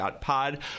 Pod